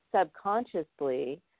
subconsciously